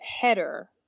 header